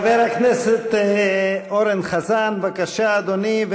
חבר הכנסת אורן חזן בבקשה, אדוני.